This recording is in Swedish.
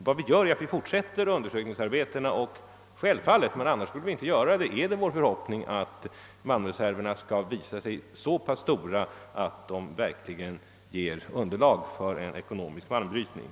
Vi fortsätter dock undersökningsarbetena, och det är självfallet — i annat fall skulle vi inte göra det — vår förhoppning att malmreserverna skall visa sig så pass stora att de verkligen ger underlag för en ekonomisk malmbrytning.